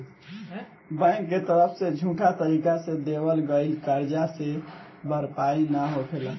bank के तरफ से झूठा तरीका से देवल गईल करजा के भरपाई ना होखेला